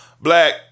Black